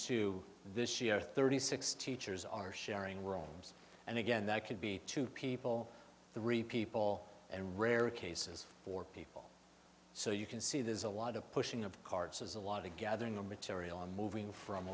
to this year thirty six teachers are sharing rooms and again that could be two people three people and rare cases four people so you can see there's a lot of pushing of carts as a lot of gathering of material moving from